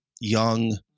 young